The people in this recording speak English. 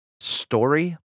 story